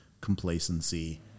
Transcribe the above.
complacency